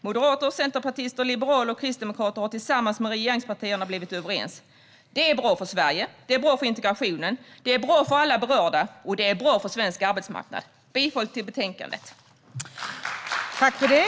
Moderater, centerpartister, liberaler och kristdemokrater har tillsammans med regeringspartierna blivit överens. Det är bra för Sverige, och det är bra för integrationen. Det är bra för alla berörda, och det är bra för svensk arbetsmarknad. Jag yrkar bifall till förslaget i betänkandet.